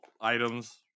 items